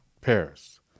Paris